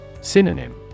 Synonym